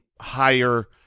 higher